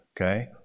Okay